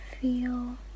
feel